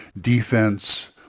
defense